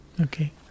Okay